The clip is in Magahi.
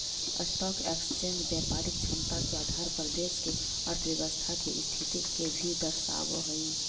स्टॉक एक्सचेंज व्यापारिक क्षमता के आधार पर देश के अर्थव्यवस्था के स्थिति के भी दर्शावऽ हई